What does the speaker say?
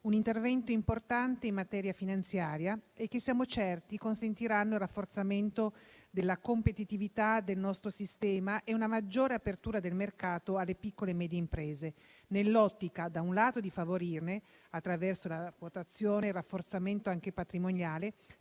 un intervento importante in materia finanziaria e che, ne siamo certi, consentiranno il rafforzamento della competitività del nostro sistema e una maggiore apertura del mercato alle piccole e medie imprese, nell'ottica, da un lato, di favorirle, attraverso la quotazione e il rafforzamento patrimoniale,